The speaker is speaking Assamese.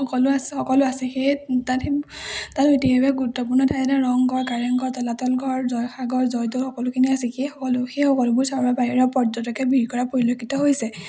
সকলো আছে সকলো আছে সেই তাত সেই তাত অতি সেইবাবে গুৰুত্বপূৰ্ণ ঠাইতে ৰংঘৰ কাৰেংঘৰ তলাতল ঘৰ জয়সাগৰ জয়দৌল সকলোখিনি আছে সেই সকলো সেই সকলোবোৰ চাবৰ বাবে বাহিৰৰ পৰ্যটকে ভীৰ কৰা পৰিলক্ষিত হৈছে